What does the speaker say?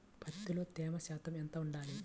పత్తిలో తేమ శాతం ఎంత ఉండాలి?